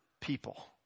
people